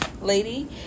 lady